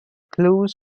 clues